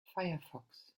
firefox